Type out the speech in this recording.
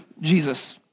Jesus